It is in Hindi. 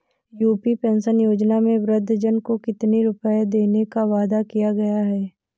यू.पी पेंशन योजना में वृद्धजन को कितनी रूपये देने का वादा किया गया है?